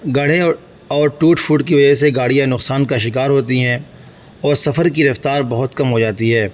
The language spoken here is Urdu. گڑھے اور اور ٹوٹ پھوٹ کی وجہ سے گاڑیاں نقصان کا شکار ہوتی ہیں اور سفر کی رفتار بہت کم ہو جاتی ہے